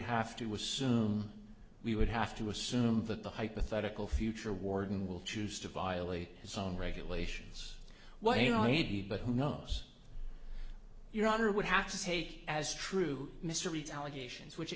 have to assume we would have to assume that the hypothetical future warden will choose to violate his own regulations well you know he'd but who knows your honor would have to take as true mystery to allegations which